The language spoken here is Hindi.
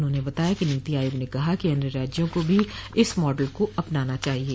उन्होंने बताया कि नीति आयोग ने कहा है कि अन्य राज्यों को भी इस मॉडल को अपनाना चाहिये